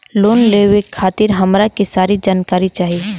Loan लेवे खातीर हमरा के सारी जानकारी चाही?